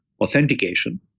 authentication